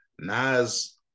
Nas